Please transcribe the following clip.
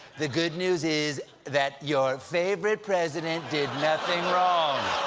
the good news is that your favorite president did nothing wrong!